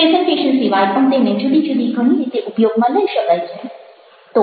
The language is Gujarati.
પ્રેઝન્ટેશન સિવાય પણ તેને જુદી જુદી ઘણી રીતે ઉપયોગમાં લઇ શકાય છે